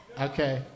Okay